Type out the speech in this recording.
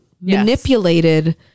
manipulated